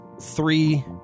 three